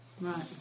Right